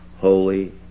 holy